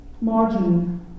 Margin